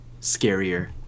scarier